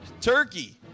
turkey